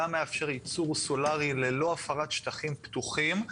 גם מאפשר ייצור סולארי ללא הפרת שטחים פתוחים.